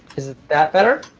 is that better?